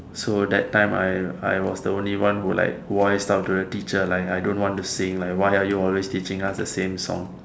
so that time I I was the only one who like voiced out to the teacher like I don't want to sing like why are you always teaching us the same song